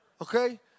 Okay